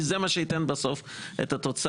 כי זה מה שייתן בסוף את התוצאה.